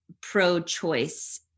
pro-choice